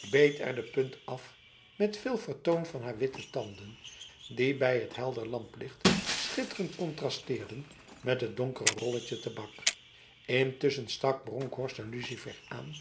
beet er de punt af met veel vertoon van haar witte tanden die bij t helder lamplicht schitterend contrasteerden met het donkere rolletje tabak intussen stak bronkhorst een lucifer aan